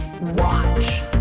Watch